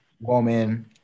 woman